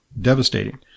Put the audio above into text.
Devastating